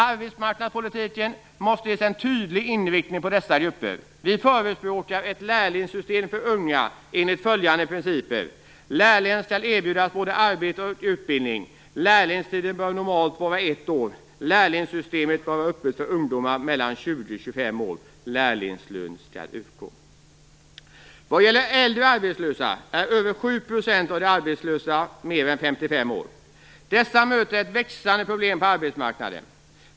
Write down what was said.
Arbetsmarknadspolitiken måste ges en tydlig inriktning på dessa grupper. Vi förespråkar ett lärlingssystem för unga enligt följande principer. Lärlingen skall erbjudas både arbete och utbildning. Lärlingstiden bör normalt vara ett år. Lärlingssystemet bör vara öppet för ungdomar mellan Över 7 % av de arbetslösa är mer än 55 år. Dessa möter ett växande problem på arbetsmarknaden.